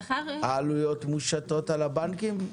העלויות מושתות על הבנקים?